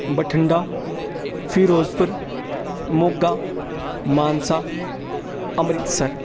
Bathinda Firozpur Moga Mansa Amritsar